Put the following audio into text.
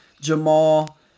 Jamal